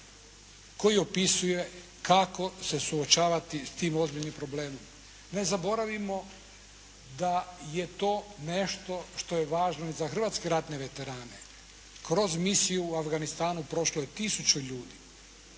koji opisuje kako se suočavati s tim ozbiljnim problemom. Ne zaboravimo da je to nešto što je važno i za hrvatske ratne veterane. Kroz misiju u Afganistanu prošlo je tisuću ljudi.